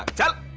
tell